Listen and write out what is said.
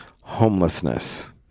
Homelessness